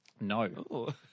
No